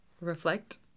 reflect